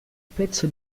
pezzo